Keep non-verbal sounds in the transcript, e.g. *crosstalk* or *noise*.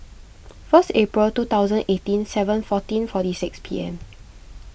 *noise* first April two thousand eighteen seven fourteen forty six P M *noise*